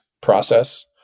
process